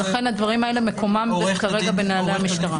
לכן הדברים האלה, מקומם כרגע בנהלי המשטרה.